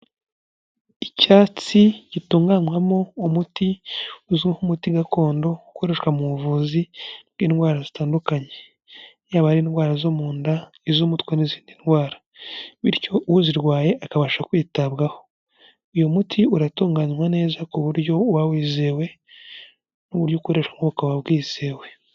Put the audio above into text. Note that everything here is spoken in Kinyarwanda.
Icyatsi gitunganywamo umuti, uzwiho' umuti gakondo, ukoreshwa mu buvuzi bw'indwara zitandukanye, yaba ari indwara zo mu nda, iz'umutwe n'izindi ndwara. Bityo uzirwaye akabasha kwitabwaho, uyu muti uratunganywa neza, ku buryo uba wizewe, n'uburyo ukoresha nk'wuka wa bwizewe.